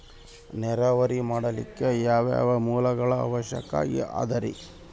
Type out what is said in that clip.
ನೇರಾವರಿ ಮಾಡಲಿಕ್ಕೆ ಯಾವ್ಯಾವ ಮೂಲಗಳ ಅವಶ್ಯಕ ಅದರಿ?